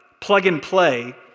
plug-and-play